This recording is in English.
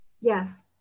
Yes